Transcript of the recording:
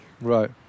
Right